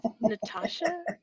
Natasha